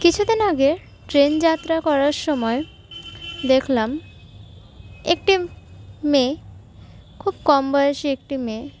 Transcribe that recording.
কিছুদিন আগে ট্রেন যাত্রা করার সময় দেখলাম একটি মেয়ে খুব কমবয়সি একটি মেয়ে